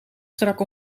strak